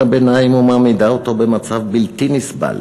הביניים ומעמידה אותו במצב בלתי נסבל.